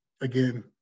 again